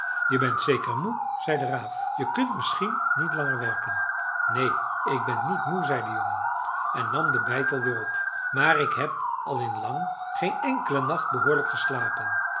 je bent zeker moe zei de raaf je kunt misschien niet langer werken neen ik ben niet moe zei de jongen en nam den beitel weer op maar ik heb al in lang geen enkelen nacht behoorlijk geslapen